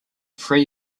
free